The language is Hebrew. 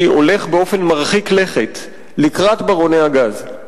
הולך באופן מרחיק לכת לקראת ברוני הגז.